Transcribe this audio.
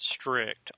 strict